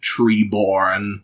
Treeborn